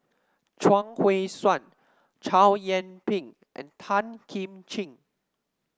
Chuang Hui Tsuan Chow Yian Ping and Tan Kim Ching